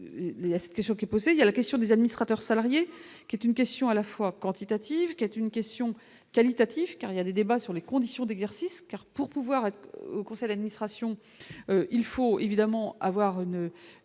la situation qui est posée, il y a la question des administrateurs salariés qui est une question à la fois quantitatives qui est une question qualitatif, car il y a des débats sur les conditions d'exercice car pour pouvoir être au conseil d'administration, il faut évidemment avoir. Une.